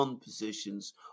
positions